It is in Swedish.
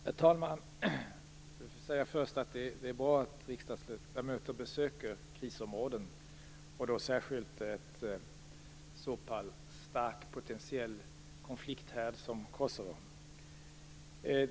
Herr talman! Jag vill först säga att det är bra att riksdagsledamöter besöker krisområden, och då särskilt en så pass stark potentiell konflikthärd som Kosovo.